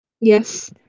Yes